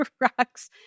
rocks